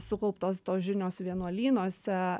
sukauptos tos žinios vienuolynuose